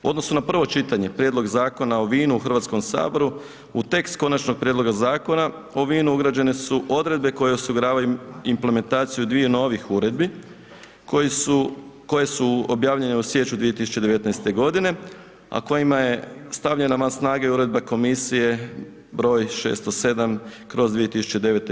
U odnosu na prvo čitanje, prijedlog Zakona o vinu u HS u tekst Konačnog prijedloga Zakona o vinu ugrađene su odredbe koje osiguravaju implementaciju dviju novih uredbi koje su objavljene u siječnju 2019.g., a kojima je stavljena van snage Uredba komisije br. 607/